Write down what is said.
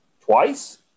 twice